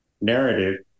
narrative